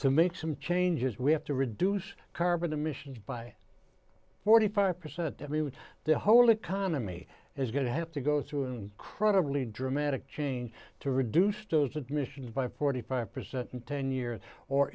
to make some changes we have to reduce carbon emissions by forty five percent i mean the whole economy is going to have to go through incredibly dramatic change to reduce those admissions by forty five percent in ten years or